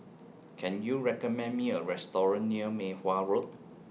Can YOU recommend Me A Restaurant near Mei Hwan Road